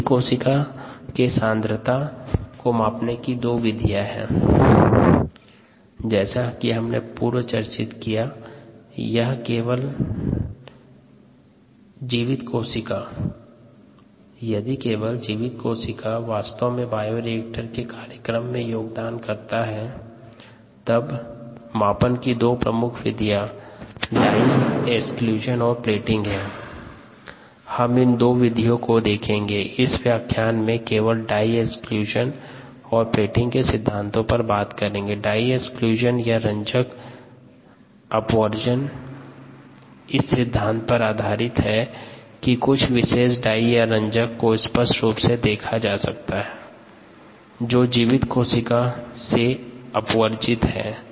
जीवित कोशिका के सांद्रता को मापने की विधियों देखते हैं विधि का सिद्धांत हैं